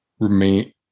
remain